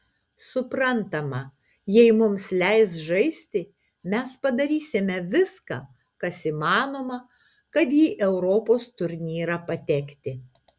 suprantama jei mums leis žaisti mes padarysime viską kas įmanoma kad į europos turnyrą patekti